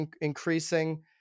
increasing